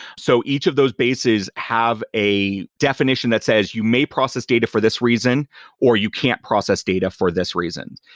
so each of those bases have a definition that says you may process data for this reason or you can't process data for this reason.